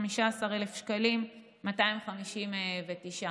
15,259 שקלים.